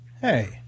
hey